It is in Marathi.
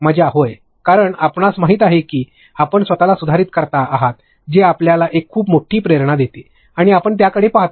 मजा होय कारण आपणास माहित आहे की आपण स्वतला सुधारित करता आहात जे आपल्याला एक खूप मोठी प्रेरणा देते आणि आपण त्याकडे पहातो